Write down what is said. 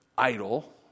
idol